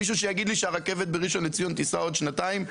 מי שיגיד לי שהרכבת בראשון לציון תיסע עוד שנתיים,